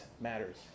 matters